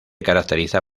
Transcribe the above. caracteriza